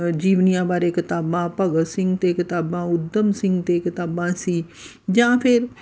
ਜੀਵਨੀਆਂ ਬਾਰੇ ਕਿਤਾਬਾਂ ਭਗਤ ਸਿੰਘ 'ਤੇ ਕਿਤਾਬਾਂ ਊਧਮ ਸਿੰਘ 'ਤੇ ਕਿਤਾਬਾਂ ਸੀ ਜਾਂ ਫਿਰ